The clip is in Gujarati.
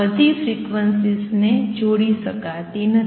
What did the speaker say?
આ બધી ફ્રીક્વન્સીઝ ને જોડી શકાતી નથી